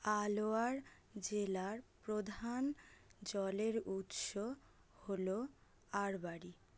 আলওয়ার জেলার প্রধান জলের উৎস হল আরবারি